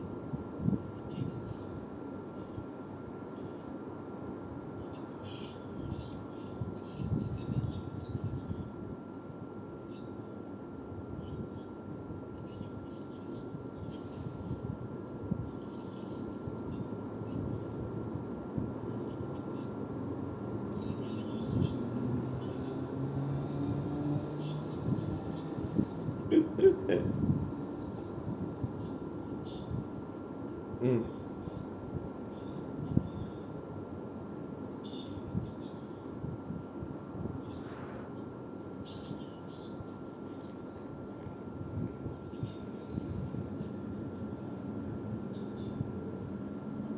mm